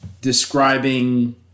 describing